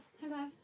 Hello